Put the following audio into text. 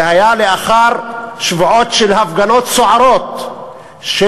זה היה לאחר שבועות של הפגנות סוערות של